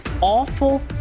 awful